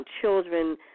children